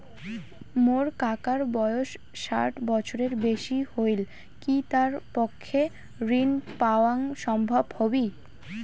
মোর কাকার বয়স ষাট বছরের বেশি হলই কি তার পক্ষে ঋণ পাওয়াং সম্ভব হবি?